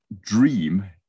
dream